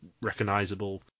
recognizable